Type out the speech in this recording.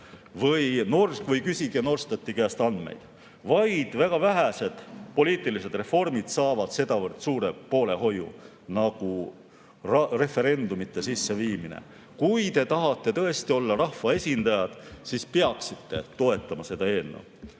küsitlus või küsige Norstati käest andmeid. Vaid väga vähesed poliitilised reformid saavad sedavõrd suure poolehoiu nagu referendumite sisseviimine. Kui te tahate tõesti olla rahvaesindajad, siis peaksite toetama seda eelnõu.